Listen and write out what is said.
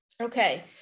Okay